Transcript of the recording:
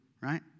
Right